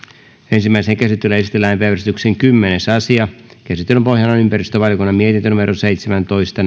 ensimmäiseen käsittelyyn esitellään päiväjärjestyksen kymmenes asia käsittelyn pohjana on ympäristövaliokunnan mietintö seitsemäntoista